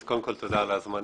אז קודם כול, תודה על ההזמנה.